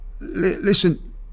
listen